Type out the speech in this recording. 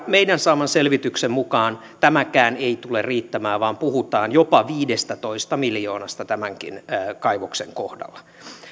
meidän saamamme selvityksen mukaan tämäkään ei tule riittämään vaan puhutaan jopa viidestätoista miljoonasta tämänkin kaivoksen kohdalla